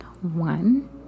one